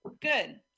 good